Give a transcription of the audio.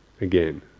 again